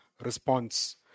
response